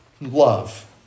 love